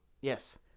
Yes